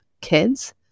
kids